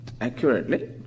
accurately